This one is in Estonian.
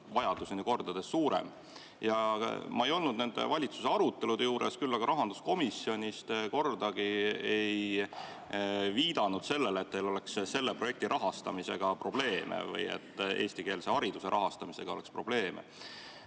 vajadus on ju kordades suurem. Ma ei olnud nende valitsuse arutelude juures, aga rahanduskomisjonis te kordagi ei viidanud, et teil oleks selle projekti rahastamisega probleeme või et eestikeelse hariduse rahastamisega oleks probleeme.